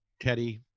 Teddy